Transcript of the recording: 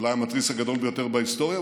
אולי המתריס הגדול ביותר בהיסטוריה,